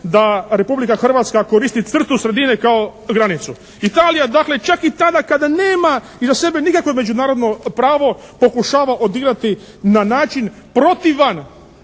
da Republika Hrvatska koristi crtu sredine kao granicu. Italija dakle čak i tada kada nema iza sebe nikakvo međunarodno pravo pokušava odigrati na način protivan